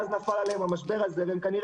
ואז נפל עליהם המשבר הזה והם כנראה